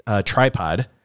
tripod